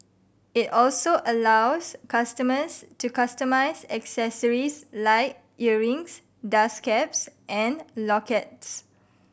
it also allows customers to customise accessories like earrings dust caps and lockets